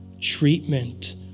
treatment